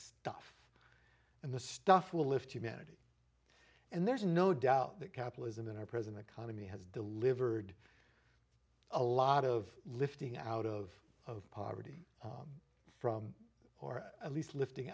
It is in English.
stuff and the stuff will lift humanity and there's no doubt that capitalism in our present economy has delivered a lot of lifting out of poverty from or at least lifting